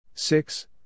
Six